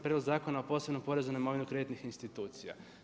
Prijedlog zakona o posebnom porezu na imovinu kreditnih institucija.